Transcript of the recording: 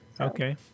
okay